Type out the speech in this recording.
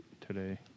today